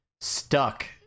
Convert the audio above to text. stuck